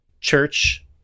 church